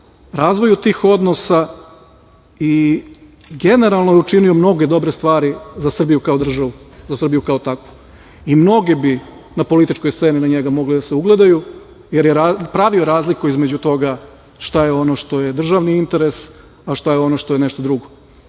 razvoju tih odnosa i generalno je učinio mnoge dobre stvari za Srbiju kao državu, za Srbiju kao takvu. I mnogi bi na političkoj sceni mogli da se ugledaju, jer je pravio razliku između toga šta je ono što je državni interes, a šta je ono što je nešto drugo